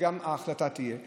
שגם ההחלטה תהיה כזו,